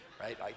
Right